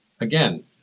Again